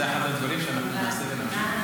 זה אחד הדברים שאנחנו נעשה ונביא.